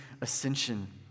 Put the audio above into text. ascension